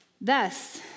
Thus